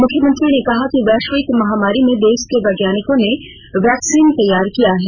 मुख्यमंत्री ने कहा कि वैश्विक महामारी में देश के वैज्ञानिकों ने वैक्सीन तैयार किया है